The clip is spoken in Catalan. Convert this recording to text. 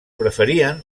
preferien